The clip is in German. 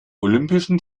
olympischen